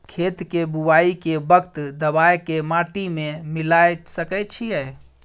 खेत के बुआई के वक्त दबाय के माटी में मिलाय सके छिये?